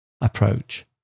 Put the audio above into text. approach